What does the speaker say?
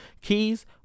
Keys